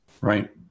Right